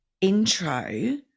intro